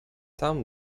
tam